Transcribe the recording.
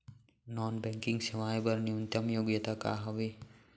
Non banking सेवाएं बर न्यूनतम योग्यता का हावे?